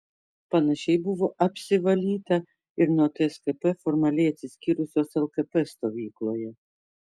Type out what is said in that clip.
panašiai buvo apsivalyta ir nuo tskp formaliai atsiskyrusios lkp stovykloje